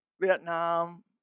Vietnam